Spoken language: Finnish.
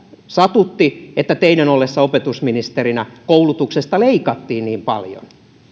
satutti että teidän ollessanne opetusministerinä koulutuksesta leikattiin niin paljon